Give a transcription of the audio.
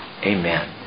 Amen